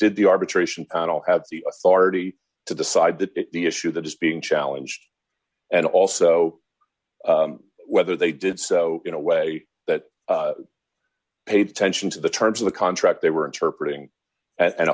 did the arbitration panel have the authority to decide that issue that is being challenged and also whether they did so in a way that paid attention to the terms of the contract they were interpreted and